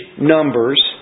numbers